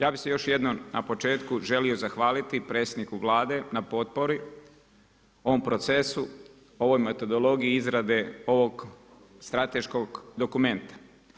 Ja bih se još jednom na početku želio zahvaliti predsjedniku Vlade na potpori u ovom procesu, ovoj metodologiji izrade ovog strateškog dokumenta.